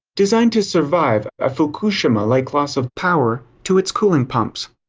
designed to survive a fukushima-like loss of power to its cooling pumps.